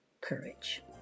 courage